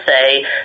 say